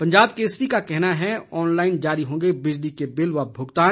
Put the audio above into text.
पंजाब केसरी का कहना है ऑनलाइन जारी होंगे बिजली के बिल व भुगतान